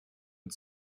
und